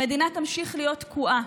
המדינה תמשיך להיות תקועה.